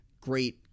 great